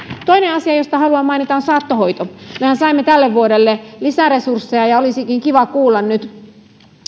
toinen asia josta haluan mainita on saattohoito mehän saimme tälle vuodelle lisäresursseja ja olisikin kiva kuulla nyt